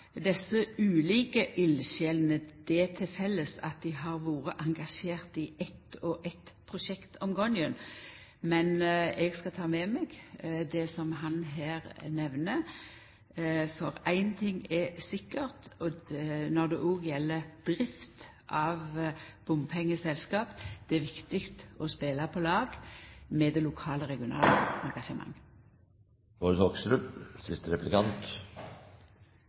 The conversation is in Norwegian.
desse ulike eldsjelene det til felles at dei har vore engasjerte i eitt og eitt prosjekt om gongen. Men eg skal ta med meg det som han her nemner, for ein ting er sikkert òg når det gjeld drift av bompengeselskap: Det er viktig å spela på lag med det lokale og regionale